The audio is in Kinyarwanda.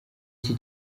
iki